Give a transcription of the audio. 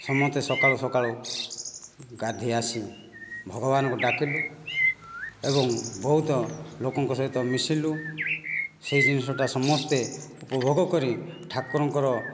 ସମସ୍ତେ ସକାଳୁ ସକାଳୁ ଗାଧୋଇ ଆସି ଭଗବାନଙ୍କୁ ଡାକିଲୁ ଏବଂ ବହୁତ ଲୋକଙ୍କ ସହିତ ମିଶିଲୁ ସେହି ଜିନିଷଟା ସମସ୍ତେ ଉପଭୋଗ କରି ଠାକୁରଙ୍କର